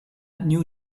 new